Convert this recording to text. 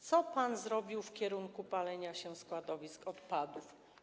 Co pan zrobił w sprawie palenia się składowisk odpadów?